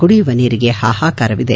ಕುಡಿಯುವ ನೀರಿಗೆ ಹಾಹಾಕಾರವಿದೆ